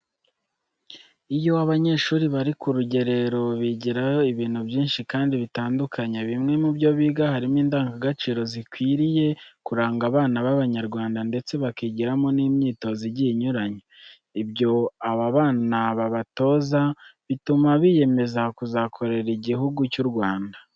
Iyo abanyeshuri bari ku rugerero bigirayo ibintu byinshi kandi bitandukanye. Bimwe mu byo biga harimo indangagaciro zikwiriye kuranga abana b'Abanyarwanda ndetse bakigiramo n'imyitozo igiye inyuranye. Ibyo aba bana babatoza, bituma biyemeza kuzakorera Igihugu cy'u Rwanda.